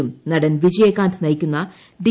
യും നടൻ വിജയകാന്ത് നയിക്കുന്ന ഡി